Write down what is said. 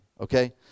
Okay